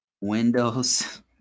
Windows